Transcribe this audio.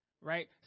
right